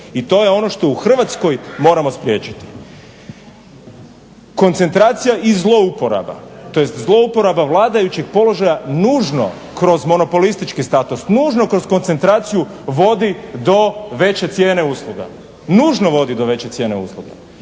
I to je ono što u Hrvatskoj moramo spriječiti. Koncentracija i zlouporaba tj. zlouporaba vladajućeg položaja nužno kroz monopolistički status, nužno kroz koncentraciju vodi do veće cijene usluga. Nužno vodi do veće cijene usluga.